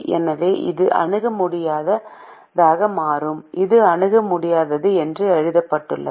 எனவே இது அணுக முடியாததாக மாறும் இது அணுக முடியாதது என்று எழுதப்பட்டுள்ளது